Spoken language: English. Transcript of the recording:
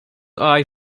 eye